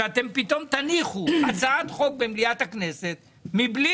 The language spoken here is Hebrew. שאתם פתאום תניחו הצעת חוק במליאת הכנסת מבלי